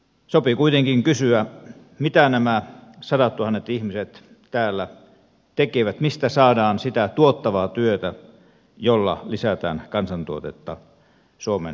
sopii kuitenkin kysyä mitä nämä sadattuhannet ihmiset täällä tekevät mistä saadaan sitä tuottavaa työtä jolla lisätään kansantuotetta suomenmaassa